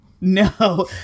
No